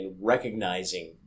recognizing